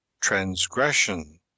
Transgression